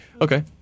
Okay